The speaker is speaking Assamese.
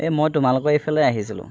এই মই তোমালোকৰ এইফালে আহিছিলোঁ